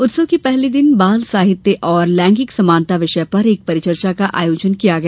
उत्सव के पहले दिन बाल साहित्य एवं लैंगिक समानता विषय पर एक परिचर्चा का आयोजन किया गया